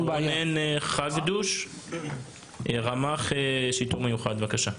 רונן הגדוש, רמ"ח שיטור מיוחד, בבקשה.